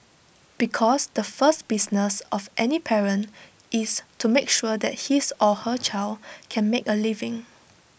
because the first business of any parent is to make sure that his or her child can make A living